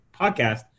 podcast